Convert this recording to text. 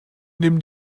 nimm